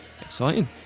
exciting